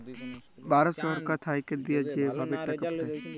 ভারত ছরকার থ্যাইকে দিঁয়া যে ভাবে টাকা পাঠায়